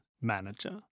manager